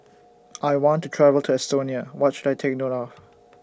I want to travel to Estonia What should I Take note of